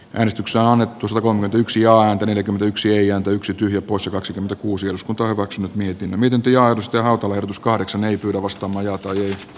en saa nyt usko on nyt yksi ääntä neljäkymmentäyksi ja yksi tyhjä poissa kaksikymmentäkuusi osku torro kaks mä mietin miten työ aidosti autoverotus kahdeksan ei pyydä vastamajaa tai